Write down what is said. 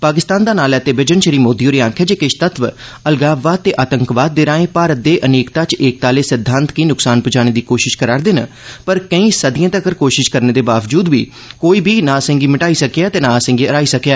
पाकिस्तान दा नांऽ लैते बिजन श्री मोदी होरें आखेआ जे किश तत्व अलगाववाद ते आतंकवाद दे राएं भारत दे अनेकता च एकता आहले सिद्धांत गी नुक्सान पुजाने दी कोशश करा'रदे न पर कोई सदिए तगर कोशश करने दे बावजूद बी कोई बी नां असे गी मिटाई सकेआ ते नां असे गी ह्राई सकेआ